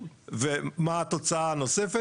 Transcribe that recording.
ומה הייתה התוצאה הנוספת?